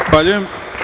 Zahvaljujem.